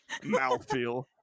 Mouthfeel